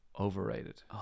Overrated